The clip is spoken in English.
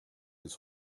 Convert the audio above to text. his